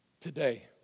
Today